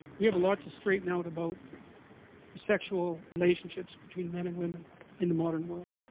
we have a lot to straighten out about the sexual relationships between men and women in the modern world